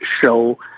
show